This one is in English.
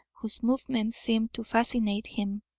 whose movements seemed to fascinate him.